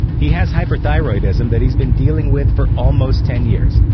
he has hyperthyroidism that he's been dealing with for almost ten years.